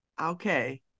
Okay